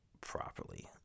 properly